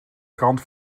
krant